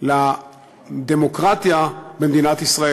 לדמוקרטיה במדינת ישראל.